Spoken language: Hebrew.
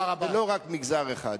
ולא רק מגזר אחד.